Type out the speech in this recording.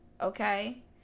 Okay